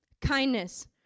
Kindness